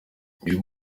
uyu